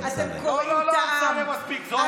תן לה להשלים את הדברים.